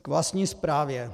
K vlastní zprávě.